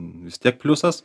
vis tiek pliusas